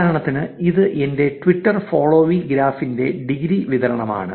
ഉദാഹരണത്തിന് ഇത് എന്റെ ട്വിറ്റർ ഫോളോവീ ഗ്രാഫിന്റെ ഡിഗ്രി വിതരണമാണ്